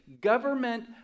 government